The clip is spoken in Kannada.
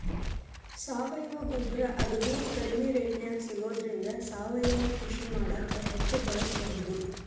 ಸಾವಯವ ಗೊಬ್ಬರ ಅಗದಿ ಕಡಿಮೆ ರೇಟ್ನ್ಯಾಗ ಸಿಗೋದ್ರಿಂದ ಸಾವಯವ ಕೃಷಿ ಮಾಡಾಕ ಹೆಚ್ಚ್ ಬಳಸಬಹುದು